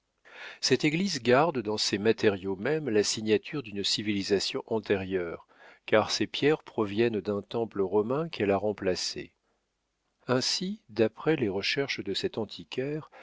cette église garde dans ses matériaux mêmes la signature d'une civilisation antérieure car ses pierres proviennent d'un temple romain qu'elle a remplacé ainsi d'après les recherches de cet antiquaire